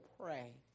pray